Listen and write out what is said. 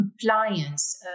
compliance